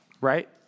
Right